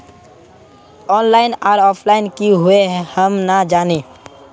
Online आर offline की हुई है हम ना जाने?